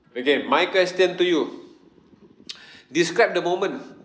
okay my question to you describe the moment